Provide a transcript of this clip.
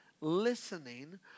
listening